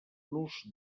nus